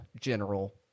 General